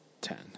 ten